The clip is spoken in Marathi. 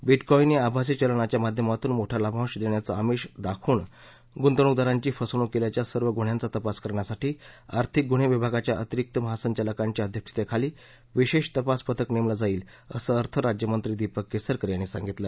बीटकॉक्ति या आभासी चलनाच्या माध्यमातून मोठा लाभांश देण्याचं अमिष दाखवून गुंतवणूकदारांची फसवणूक केल्याच्या सर्व गुन्ह्यांच्या तपास करण्यासाठी आर्थिक गुन्हे विभागाच्या अतिरिक्त महासंचालकांच्या अध्यक्षतेखाली विशेष तपास पथक नेमलं जाईल असं अर्थ राज्यमंत्री दीपक केसरकर यांनी सांगितलं